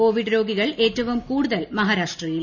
Covid രോഗികൾ ഏറ്റവും കൂടുതൽ മഹാരാഷ്ട്രയിൽ